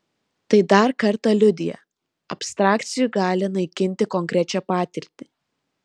tai dar kartą liudija abstrakcijų galią naikinti konkrečią patirtį